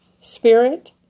spirit